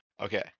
Okay